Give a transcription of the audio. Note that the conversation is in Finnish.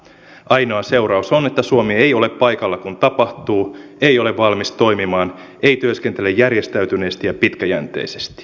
ainoa seuraus on että suomi ei ole paikalla kun tapahtuu ei ole valmis toimimaan ei työskentele järjestäytyneesti ja pitkäjänteisesti